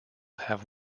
have